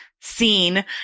seen